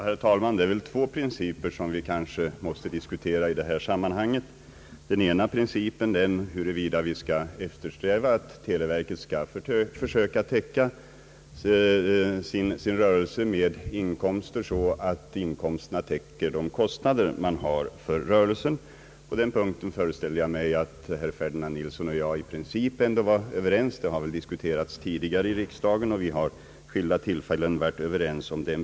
Herr talman! Det är två principer som vi kanske måste diskutera i detta sammanhang. Den ena är huruvida vi skall eftersträva att televerkets rörelse bedrivs på ett sådant sätt att inkomsterna täcker de kostnader man har för verksamheten. På den punkten föreställer jag mig att herr Ferdinand Nilsson och jag ändå i princip är överens. Den principen har diskuterats tidigare i riksdagen, och vi har vid skilda tillfällen varit överens om den.